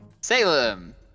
Salem